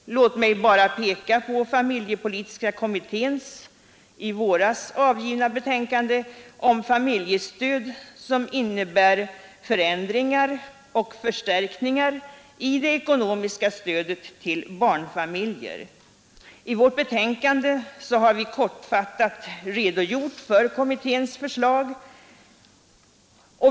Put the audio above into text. Låt mig bara peka på familjepolitiska kommitténs i våras avgivna betänkande om familjestöd som innebär förändringar och förstärkningar i det ekonomiska stödet till barnfamiljer. I utskottsbetänkandet har vi kortfattat redogjort för kommitténs förslag.